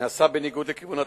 נסע בניגוד לכיוון התנועה,